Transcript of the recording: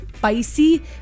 spicy